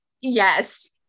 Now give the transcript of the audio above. Yes